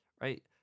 right